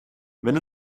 wenn